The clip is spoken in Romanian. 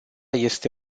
este